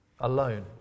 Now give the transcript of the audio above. alone